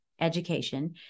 Education